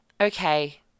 okay